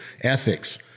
ethics